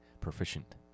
proficient